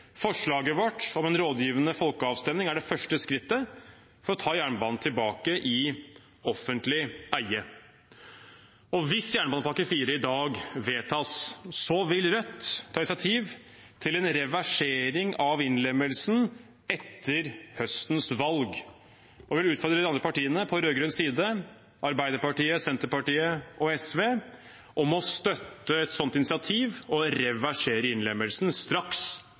Forslaget vårt om en rådgivende folkeavstemning er det første skrittet for å ta jernbanen tilbake i offentlig eie. Hvis jernbanepakke IV i dag vedtas, vil Rødt ta initiativ til en reversering av innlemmelsen etter høstens valg, og vi vil utfordre de andre partiene på rød-grønn side – Arbeiderpartiet, Senterpartiet og SV – om å støtte et slikt initiativ og reversere innlemmelsen straks